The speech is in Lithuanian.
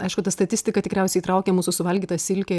aišku ta statistika tikriausiai įtraukė mūsų suvalgytą silkę